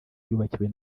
yubakiwe